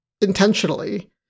intentionally